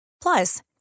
Plus